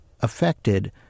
affected